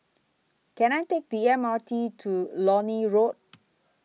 Can I Take The M R T to Lornie Road